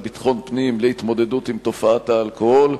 עם תופעת האלכוהול.